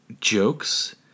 jokes